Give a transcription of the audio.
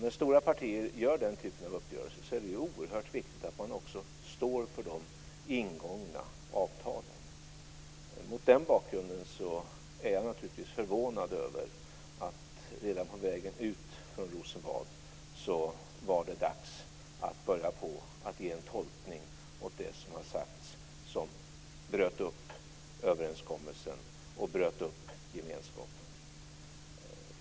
När stora partier träffar den typen av uppgörelser är det oerhört viktigt att de också står för de ingångna avtalen. Mot den bakgrunden är jag naturligtvis förvånad över att det redan på vägen ut från Rosenbad var dags att ge en tolkning åt det som har sagts som bröt upp överenskommelsen och gemenskapen.